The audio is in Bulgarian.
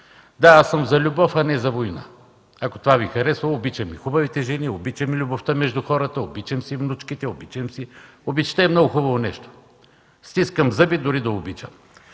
Да, аз съм за любов, а не за война. Ако това Ви харесва – обичам и хубавите жени, обичам и любовта между хората, обичам си внучките, обичта е много хубаво нещо. Стискам зъби дори да обичам.